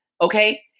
Okay